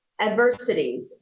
adversities